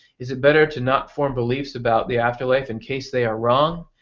is it better to not form beliefs about the afterlife in case they are wrong?